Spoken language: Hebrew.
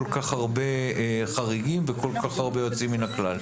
כך הרבה חריגים וכל כך הרבה יוצאים מן הכלל,